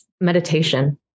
meditation